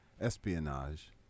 espionage